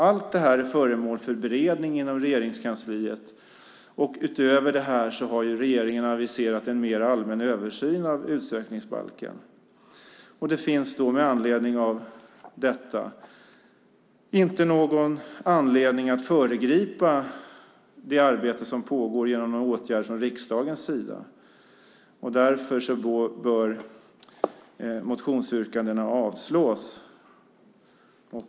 Allt detta är föremål för beredning inom Regeringskansliet. Utöver detta har regeringen aviserat en mer allmän översyn av utsökningsbalken. Det finns därför inte någon anledning att föregripa det arbete som pågår genom några åtgärder från riksdagens sida. Därför bör motionsyrkandena avslås.